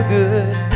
good